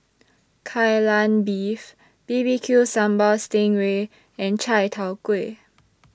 Kai Lan Beef B B Q Sambal Sting Ray and Chai Tow Kway